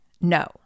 No